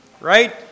right